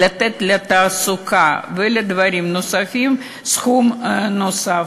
לתת לתעסוקה ולדברים נוספים סכום נוסף,